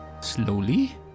slowly